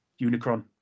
Unicron